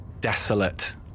desolate